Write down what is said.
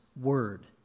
word